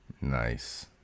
Nice